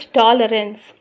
tolerance